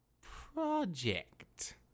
project